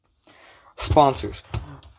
sponsors